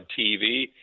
TV